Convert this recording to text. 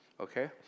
okay